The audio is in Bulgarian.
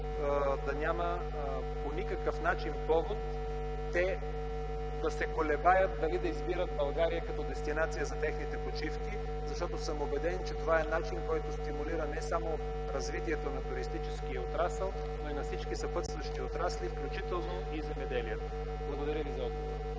да няма по никакъв начин повод те да се колебаят дали да избират България като дестинация за техните почивки. Защото съм убеден, че това е начин, който стимулира не само развитието на туристическия отрасъл, но и на всички съпътстващи отрасли, включително и земеделието. Благодаря Ви за отговора.